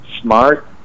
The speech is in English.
smart